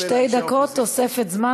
שתי דקות תוספת זמן.